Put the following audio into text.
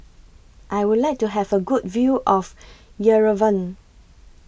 I Would like to Have A Good View of Yerevan